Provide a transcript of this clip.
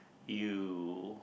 you